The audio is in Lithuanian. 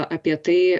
apie tai